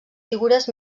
figures